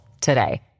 today